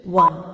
one